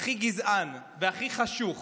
הכי גזען והכי חשוך